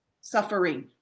suffering